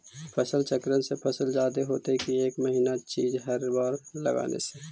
फसल चक्रन से फसल जादे होतै कि एक महिना चिज़ हर बार लगाने से?